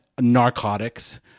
narcotics